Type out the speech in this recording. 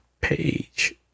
Page